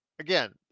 Again